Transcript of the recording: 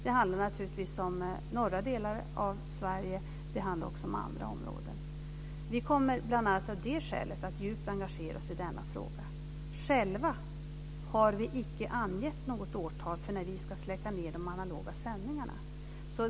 Det handlar naturligtvis om norra delar av Sverige, men det handlar också om andra områden. Vi kommer bl.a. av det skälet att djupt engagera oss i denna fråga. Själva har vi icke angett något årtal för när vi ska släcka ned de analoga sändningarna.